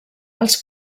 els